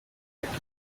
yatawe